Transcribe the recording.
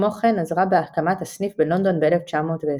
וכמו כן עזרה בהקמת הסניף בלונדון ב-1920.